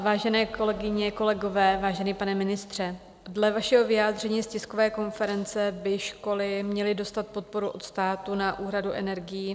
Vážené kolegyně, kolegové, vážený pane ministře, dle vašeho vyjádření z tiskové konference by školy měly dostat podporu od státu na úhradu energií.